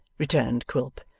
returned quilp.